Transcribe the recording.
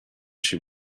she